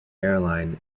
airline